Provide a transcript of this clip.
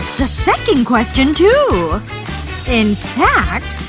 the second question too in fact,